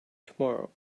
tomorrow